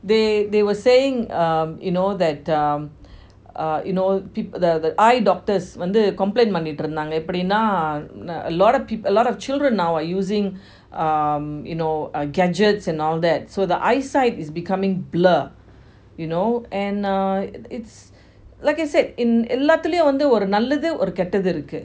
they they were saying um you know that um uh you know the p~ the eye doctors வந்து:vanthu complain பங்கிட்டு இருந்தாங்க:panitu irunthanga a lot of pe~ a lot of children now are using err you know uh gadgets and all that so the eyesight is becoming blur you know and uh it~ it's like I've said in எல்லாத்துலயும் ஒரு நல்லது ஒரு கேட்டது இருக்கு:ellathulayum oru nallathu oru ketathu iruku